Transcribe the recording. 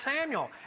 Samuel